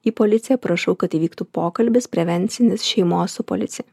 į policiją prašau kad įvyktų pokalbis prevencinis šeimos su policija